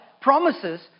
promises